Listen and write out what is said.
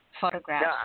photographs